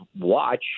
watch